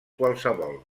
qualssevol